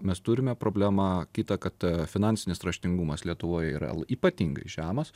mes turime problemą kitą kad finansinis raštingumas lietuvoje yra ypatingai žemas